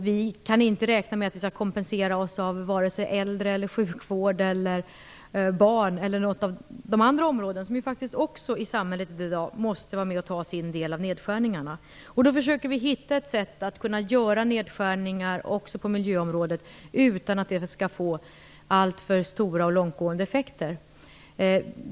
Vi kan inte räkna med att vi kan kompensera det inom vare sig äldrevård, sjukvård, omsorg av barn eller något av de andra områden som i dagens samhälle också måste vara med och ta sin del av nedskärningarna. Då försöker vi hitta ett sätt att göra nedskärningar också på miljöområdet utan att det skall få alltför stora och långtgående effekter.